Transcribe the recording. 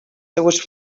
seues